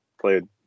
played